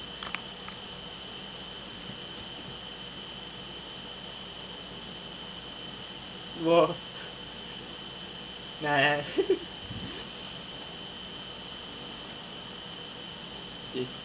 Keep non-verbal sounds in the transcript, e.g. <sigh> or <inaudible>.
!wah! ya ya <laughs> this